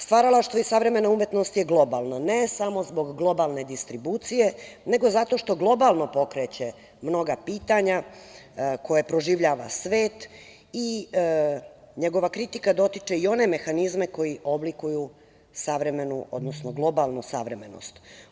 Stvaralaštvo i savremena umetnost je globalno, ne samo zbog globalne distribucije, nego zato što globalno pokreće mnoga pitanja koja proživljava svet i njegova kritika dotiče i one mehanizme koji oblikuju savremenu odnosno globalnu savremenost.